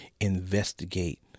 investigate